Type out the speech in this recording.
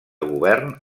govern